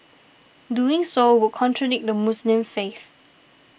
doing so would contradict the Muslim faith